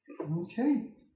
Okay